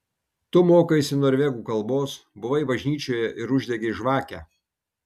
tu mokaisi norvegų kalbos buvai bažnyčioje ir uždegei žvakę